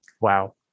Wow